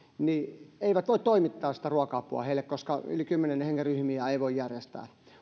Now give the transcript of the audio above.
eivät voi toimittaa sitä ruoka apua heille koska yli kymmenen hengen ryhmiä ei voi järjestää